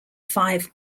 five